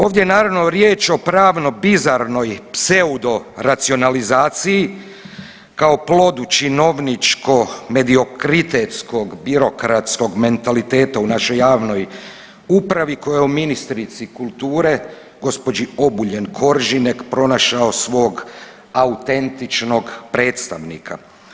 Ovdje je naravno riječ o pravno bizarnoj pseudoracionalizaciji kao plodu činovničko mediokritetskog birokratskog mentaliteta u našoj javnoj upravi koji je u ministrici kulture gospođi Obuljen Koržinek pronašao svog autentičnog predstavnika.